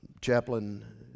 Chaplain